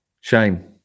shame